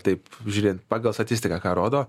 taip žiūrėt pagal statistiką ką rodo